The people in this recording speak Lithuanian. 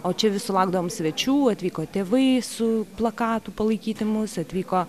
o čia vis sulaukdavom svečių atvyko tėvai su plakatu palaikyti mus atvyko